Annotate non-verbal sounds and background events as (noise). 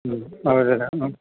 മ് (unintelligible)